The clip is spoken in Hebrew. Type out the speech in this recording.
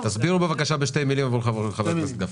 תסבירו בבקשה בשתי מילים עבור חבר הכנסת גפני.